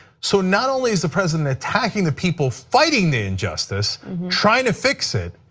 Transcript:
so not only is the president attacking the people fighting the injustice trying to fix it,